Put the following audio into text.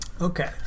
Okay